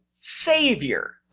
savior